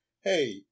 hey